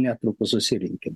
netrukus susirinkim